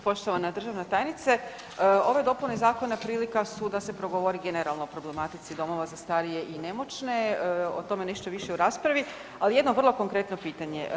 Poštovana državna tajnice, ove dopune zakona prilika su da se progovori generalno o problematici domova za starije i nemoćne, o tome nešto više u raspravi, ali jedno vrlo konkretno pitanje.